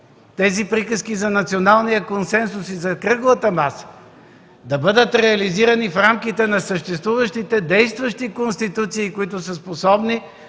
тези приказки за национален консенсус и кръгла маса да бъдат реализирани в рамките на съществуващите, действащите институции, които са способни